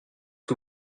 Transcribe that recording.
que